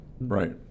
right